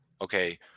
okay